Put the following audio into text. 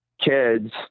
kids